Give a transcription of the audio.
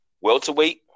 welterweight